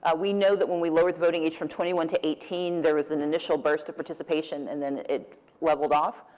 ah we know that when we lowered the voting age from twenty one to eighteen, there was an initial burst of participation and then it leveled off.